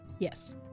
Yes